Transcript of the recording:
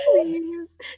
please